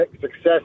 success